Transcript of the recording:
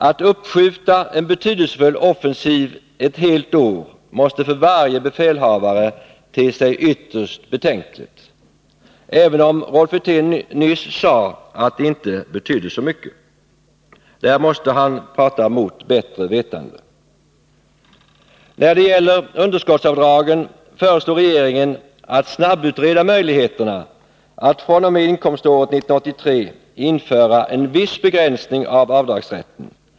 Att uppskjuta en betydelsefull offensiv ett helt år måste för varje befälhavare te sig ytterst betänkligt — även om Rolf Wirtén nyss sade att det inte betydde så mycket. Där måste han tala mot bättre vetande. När det gäller underskottsavdragen föreslog regeringen att snabbutreda möjligheterna att fr.o.m. inkomståret 1983 införa en viss begränsning av avdragsrätten.